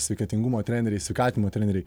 sveikatingumo treneriai sveikatinimo treneriai